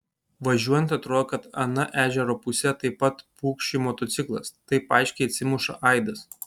važiuojant atrodo kad ana ežero puse taip pat pukši motociklas taip aiškiai atsimuša aidas